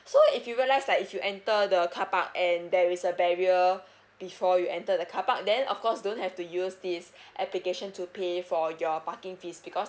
so if you realise like if you enter the carpark and there is a barrier before you enter the carpark then of course don't have to use this application to pay for your parking fees because